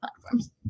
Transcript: platforms